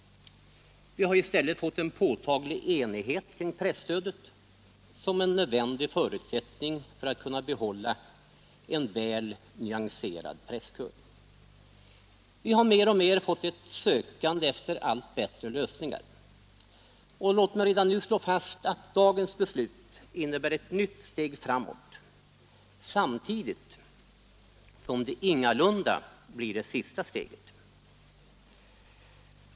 Vi har i stället fått en påtaglig enighet kring presstödet som en nödvändig förutsättning för att kunna behålla en väl nyanserad presskör. Vi har mer och mer fått ett sökande efter allt bättre lösningar; och låt mig redan nu slå fast att dagens beslut innebär ett nytt steg framåt samtidigt som det ingalunda blir det sista steget.